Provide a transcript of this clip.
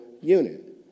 unit